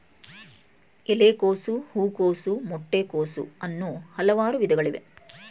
ಎಲೆಕೋಸು, ಹೂಕೋಸು, ಮೊಟ್ಟೆ ಕೋಸು, ಅನ್ನೂ ಹಲವಾರು ವಿಧಗಳಿವೆ